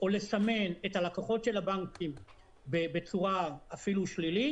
לסמן את הלקוחות של הבנקים בצורה אפילו שלילית,